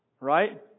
right